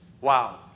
Wow